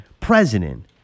president